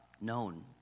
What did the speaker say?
known